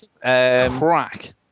crack